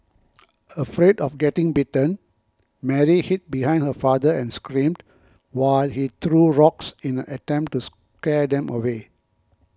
afraid of getting bitten Mary hid behind her father and screamed while he threw rocks in an attempt to scare them away